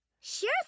Sure